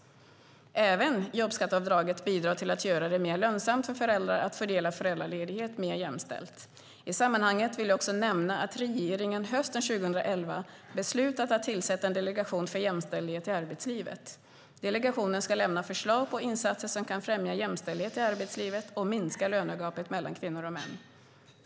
Även jobbskatteavdraget bidrar till att göra det mer lönsamt för föräldrar att fördela föräldraledigheten mer jämställt. I sammanhanget vill jag också nämna att regeringen hösten 2011 beslutat att tillsätta en delegation för jämställdhet i arbetslivet. Delegationen ska lämna förslag om insatser som kan främja jämställdhet i arbetslivet och minska lönegapet mellan kvinnor och män.